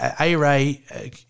A-Ray